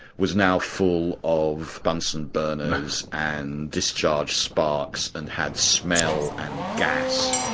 was now full of bunsen burners and discharge sparks and had smell and gas,